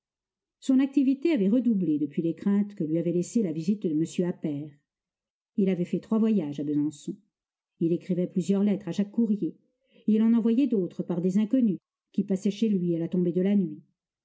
son activité avait redoublé depuis les craintes que lui avait laissées la visite de m appert il avait fait trois voyages à besançon il écrivait plusieurs lettres chaque courrier il en envoyait d'autres par des inconnus qui passaient chez lui à la tombée de la nuit